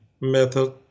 method